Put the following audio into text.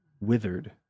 withered